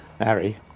Harry